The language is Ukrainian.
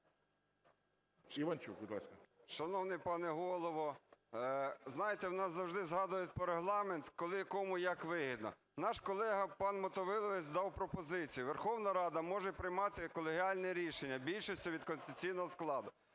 ІВАНЧУК А.В. Шановний пане Голово, знаєте, в нас завжди згадують про Регламент, коли кому як вигідно. Наш колега пан Мотовиловець дав пропозицію, Верховна Рада може приймати колегіальне рішення більшістю від конституційного складу.